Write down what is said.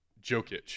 Jokic